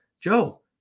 Joe